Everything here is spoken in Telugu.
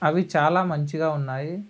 అవి చాలా మంచిగా ఉన్నాయి